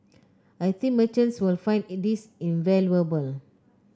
I think merchants will find this invaluable